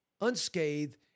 unscathed